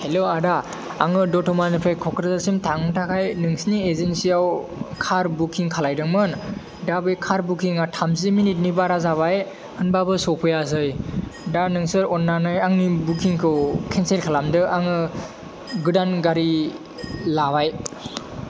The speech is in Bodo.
हेल्ल' आदा आङो दतमानिफ्राय क'क्राझारसिम थांनो थाखाय नोंसोरनि एजेन्सियाव कार बुकिं खालामदोंमोन दा बे कार बुकिङा थामजि मिनिटनि बारा जाबाय होनबाबो सफैयासै दा नोंसोर अननानै आंनि बुकिंखौ केनसेल खालामदो आङो गोदान गारि लाबाय